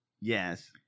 Yes